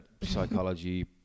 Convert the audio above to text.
psychology